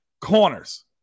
Corners